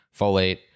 folate